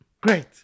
Great